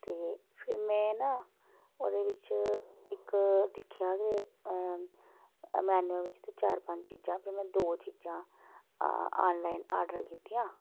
ते फिर में ना ओह्दे बिच्च इक दिक्खेआ ते मेन्यू बिच्च ते चार पंज चीजां फिर में दो चीजां आनलाइन आर्डर कीतियां